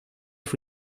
fue